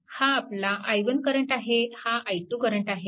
हा आपला i1 current आहे हा i2 करंट आहे